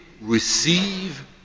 receive